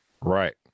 Right